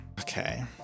Okay